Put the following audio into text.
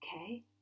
Okay